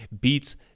beats